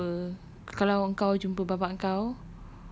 you jumpa kalau engkau jumpa bapak kau